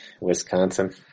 Wisconsin